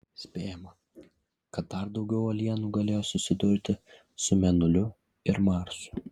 spėjama kad dar daugiau uolienų galėjo susidurti su mėnuliu ir marsu